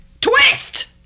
Twist